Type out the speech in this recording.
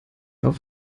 auf